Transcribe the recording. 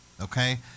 Okay